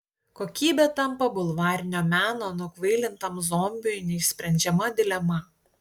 kokybė tampa bulvarinio meno nukvailintam zombiui neišsprendžiama dilema